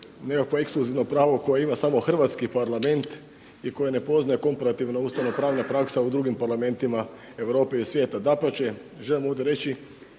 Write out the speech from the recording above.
nekakvo ekskluzivno pravo koje ima samo hrvatski Parlament i koje ne poznaje komparativna ustavno-pravna praksa u drugim parlamentima Europe i svijeta. Dapače, želim ovdje reći